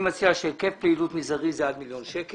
אני מציע שהיקף פעילות מזערי זה עד מיליון שקלים,